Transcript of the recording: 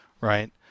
right